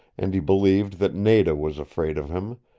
and he believed that nada was afraid of him,